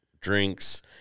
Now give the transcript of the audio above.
drinks